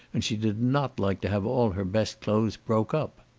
and she did not like to have all her best clothes broke up.